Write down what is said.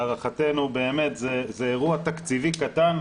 להערכתנו זה אירוע תקציבי קטן.